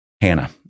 Hannah